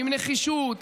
עם נחישות,